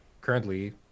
currently